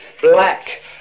black